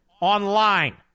online